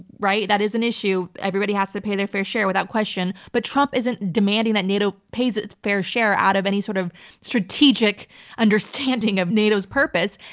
right? that is an issue. everybody has to pay their fair share without question. but trump isn't demanding that nato pays its fair share out of any sort of strategic understanding of nato's purpose.